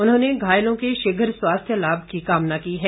उन्होंने घायलों के शीघ्र स्वास्थ्य लाभ की कामना की है